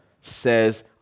says